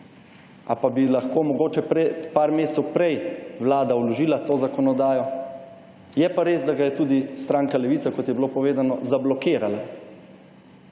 pa bi lahko mogoče par mesecev prej Vlada vložila to zakonodajo, je pa res, da ga je tudi stranka Levica, kot je bilo povedano, zablokirala.